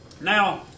Now